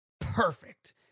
perfect